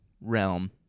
realm